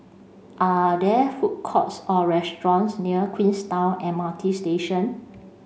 are there food courts or restaurants near Queenstown M R T Station